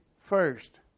first